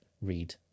read